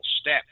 step